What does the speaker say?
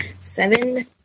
seven